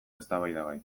eztabaidagai